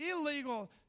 illegal